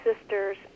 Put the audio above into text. sisters